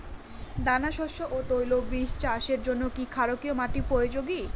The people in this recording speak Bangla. দানাশস্য ও তৈলবীজ চাষের জন্য কি ক্ষারকীয় মাটি উপযোগী?